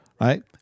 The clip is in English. right